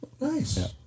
Nice